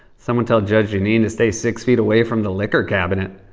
someone tell judge jeanine to stay six feet away from the liquor cabinet.